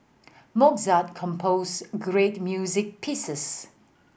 Mozart composed great music pieces